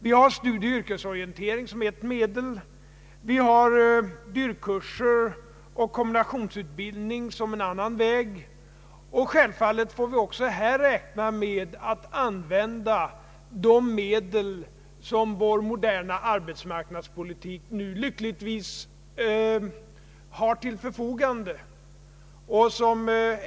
Vi har studieoch yrkesorientering som ett medel, vi har DYRK kurser och kombinationsutbildning som en annan väg, och självfallet får vi också här räkna med att använda de medel som vår moderna arbetsmarknadspolitik nu lyckligtvis förfogar över.